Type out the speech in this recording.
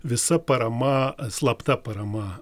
visa parama slapta parama